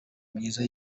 myiza